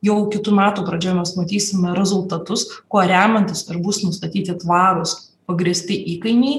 jau kitų metų pradžioj mes matysime rezultatus kuo remiantis ir bus nustatyti tvarūs pagrįsti įkainiai